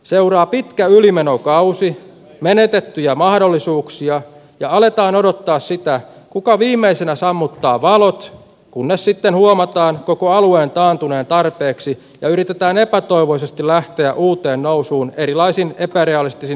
seuraa pitkä ylimenokausi menetettyjä mahdollisuuksia ja aletaan odottaa sitä kuka viimeisenä sammuttaa valot kunnes sitten huomataan koko alueen taantuneen tarpeeksi ja yritetään epätoivoisesti lähteä uuteen nousuun erilaisin epärealistisin strategiajulistuksin